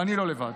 ואני לא לבד.